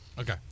Okay